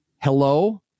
hello